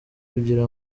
kugira